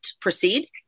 proceed